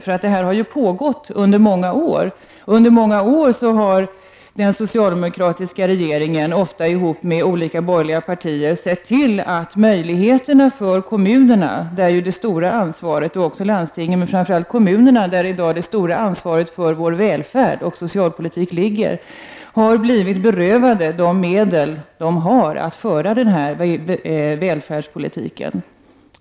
Detta har ju pågått under många år då den socialdemokratiska regeringen, ofta tillsammans med olika borgerliga partier, sett till att framför allt kommunerna — där ju det stora ansvaret för vår välfärd och socialpolitik ligger — men även landstingen, har blivit berövade de medel de har för att föra denna välfärdspolitik.